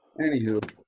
Anywho